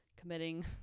committing